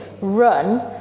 run